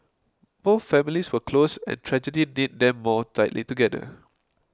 both families were close and tragedy knit them more tightly together